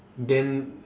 then